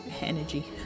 energy